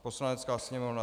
Poslanecká sněmovna